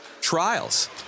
trials